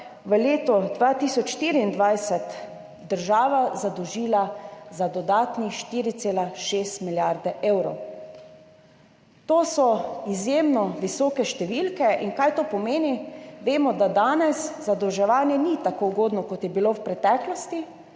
v letu 2024 država zadolžila za dodatnih 4,6 milijarde evrov. To so izjemno visoke številke. In kaj to pomeni? Vemo, da danes zadolževanje ni tako ugodno, kot je bilo v preteklosti,